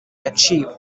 yaciwe